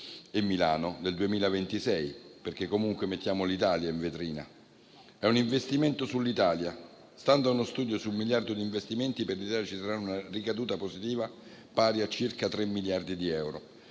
e Milano del 2026, perché comunque mettiamo l'Italia in vetrina. Si tratta di un investimento sull'Italia. Stando a uno studio, su 1 miliardo di investimenti, per l'Italia ci sarà una ricaduta positiva pari a circa 3 miliardi di euro.